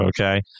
okay